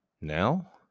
Now